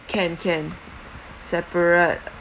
can can separate